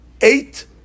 eight